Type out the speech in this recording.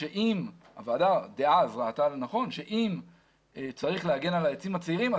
הוועדה דאז ראתה לנכון שאם צריך להגן על העצים הצעירים,